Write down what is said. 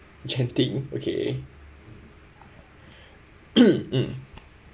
genting okay mm